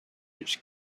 his